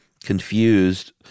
confused